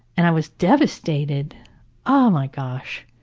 and, i was devastated oh my gosh,